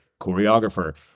choreographer